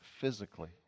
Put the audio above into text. physically